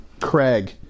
Craig